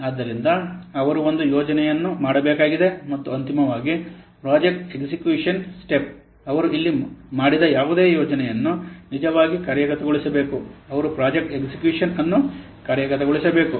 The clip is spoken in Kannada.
ಆದ್ದರಿಂದ ಅವರು ಒಂದು ಯೋಜನೆಯನ್ನು ಮಾಡಬೇಕಾಗಿದೆ ಮತ್ತು ಅಂತಿಮವಾಗಿ ಪ್ರಾಜೆಕ್ಟ್ ಎಕ್ಸಿಕ್ಯೂಶನ್ ಸ್ಟೆಪ್ ಅವರು ಇಲ್ಲಿ ಮಾಡಿದ ಯಾವುದೇ ಯೋಜನೆಯನ್ನು ನಿಜವಾಗಿ ಕಾರ್ಯಗತಗೊಳಿಸಬೇಕು ಅವರು ಪ್ರಾಜೆಕ್ಟ್ ಎಕ್ಸಿಕ್ಯೂಶನ್ ಅನ್ನು ಕಾರ್ಯಗತಗೊಳಿಸಬೇಕು